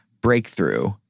breakthrough